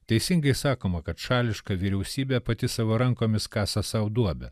teisingai sakoma kad šališka vyriausybė pati savo rankomis kasa sau duobę